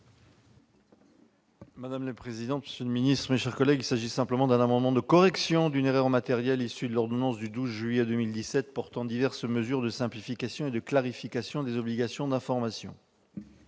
ainsi libellé : La parole est à M. le rapporteur. Il s'agit simplement d'un amendement de correction d'une erreur matérielle issue de l'ordonnance du 12 juillet 2017 portant diverses mesures de simplification et de clarification des obligations d'information